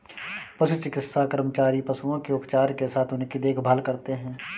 पशु चिकित्सा कर्मचारी पशुओं के उपचार के साथ उनकी देखभाल करते हैं